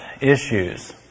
issues